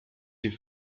die